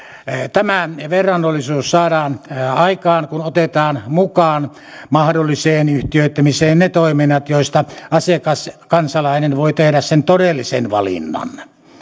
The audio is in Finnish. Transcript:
tämä verrannollisuus saadaan aikaan kun otetaan mukaan mahdolliseen yhtiöittämiseen ne toiminnat joista asiakas kansalainen voi tehdä sen todellisen valinnan